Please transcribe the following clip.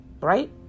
Right